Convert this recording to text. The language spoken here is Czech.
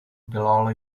dělal